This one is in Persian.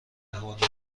حرمتی